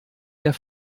der